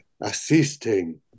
assisting